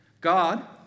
God